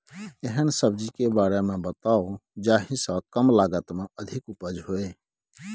एहन सब्जी के बारे मे बताऊ जाहि सॅ कम लागत मे अधिक उपज होय?